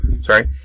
sorry